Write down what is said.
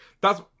That's-